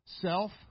Self